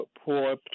poor